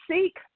seek